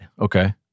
Okay